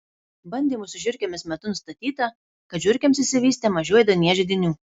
bandymų su žiurkėmis metu nustatyta kad žiurkėms išsivystė mažiau ėduonies židinių